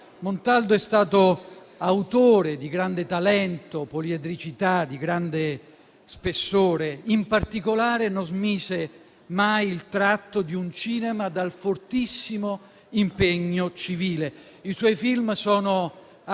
Montaldo è stato autore di grande talento e poliedricità e di grande spessore. In particolare, non smise mai il tratto di un cinema dal fortissimo impegno civile. I suoi film sono